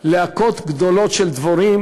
להקות גדולות של דבורים,